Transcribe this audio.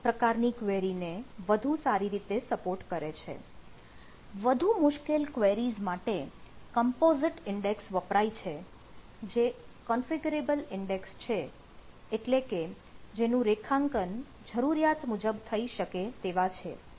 એટલે કે જેનું રેખાંકન જરૂરિયાત મુજબ થઇ શકે તેવા છે